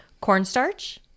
cornstarch